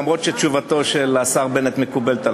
אף-על-פי שתשובתו של השר בנט מקובלת עלי.